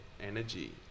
energy